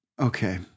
okay